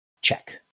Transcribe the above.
check